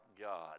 God